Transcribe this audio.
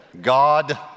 God